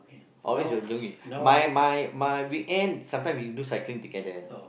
always you are doing with my my my weekend sometime we do cycling together